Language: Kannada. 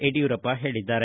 ಯಡಿಯೂರಪ್ಪ ಹೇಳಿದ್ದಾರೆ